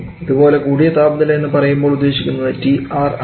അതുപോലെ കൂടിയ താപനില എന്ന് പറയുമ്പോൾ ഉദ്ദേശിക്കുന്നത് TR ആണ്